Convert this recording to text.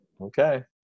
okay